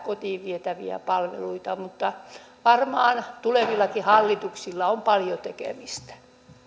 kotiin vietäviä palveluita mutta varmaan tulevillakin hallituksilla on paljon tekemistä